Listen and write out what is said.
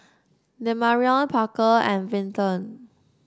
Demarion Parker and Vinton